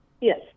Yes